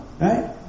Right